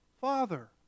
Father